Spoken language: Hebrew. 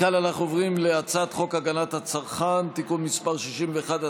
מכאן אנחנו עוברים להצעת חוק הגנת הצרכן (תיקון מס' 61),